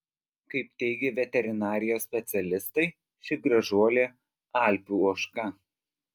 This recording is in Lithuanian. kaip teigė veterinarijos specialistai ši gražuolė alpių ožka